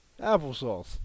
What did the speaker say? Applesauce